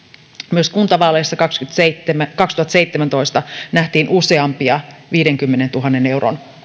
myös kuntavaaleissa kaksituhattaseitsemäntoista nähtiin useampia viidenkymmenentuhannen euron